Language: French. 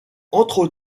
entre